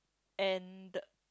and